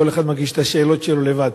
כל אחד מגיש את השאלות שלו לבד.